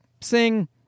Sing